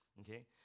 okay